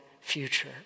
future